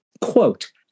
quote